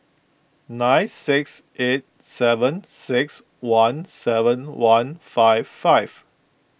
nine six eight seven six one seven one five five